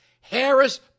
Harris